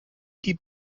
die